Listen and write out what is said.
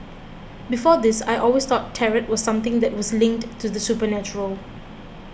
before this I always thought Tarot was something that was linked to the supernatural